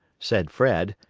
said fred,